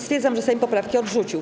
Stwierdzam, że Sejm poprawki odrzucił.